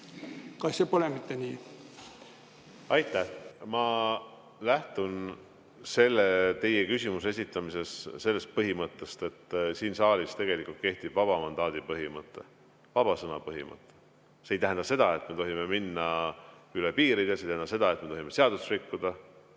Kas see pole mitte nii? Aitäh! Ma lähtun teie küsimusele [vastamises] sellest põhimõttest, et siin saalis kehtib vaba mandaadi põhimõte, vaba sõna põhimõte. See ei tähenda seda, et me tohime minna üle piiridest, see ei tähenda seda, et me tohime seadust rikkuda.